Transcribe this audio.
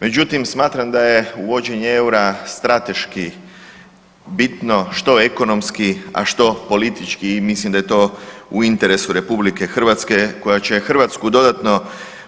Međutim smatram da je uvođenje eura strateški bitno što ekonomski, a što politički i mislim da je to u interesu RH koja će Hrvatsku dodatno